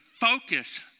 focus